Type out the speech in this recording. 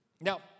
Now